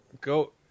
Go